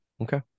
Okay